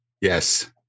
yes